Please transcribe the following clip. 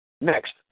Next